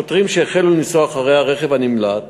השוטרים, שהחלו לנסוע אחרי הרכב הנמלט,